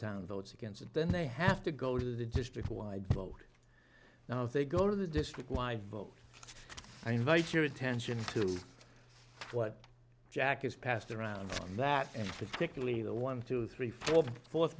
town votes against it then they have to go to the district wide vote now if they go to the district wide vote i invite your attention to what jack is passed around that particularly the one two three four forth